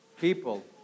people